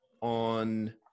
on